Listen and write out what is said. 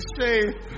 safe